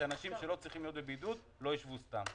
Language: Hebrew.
שאנשים שלא צריכים להיות בבידוד לא ישבו סתם.